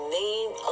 name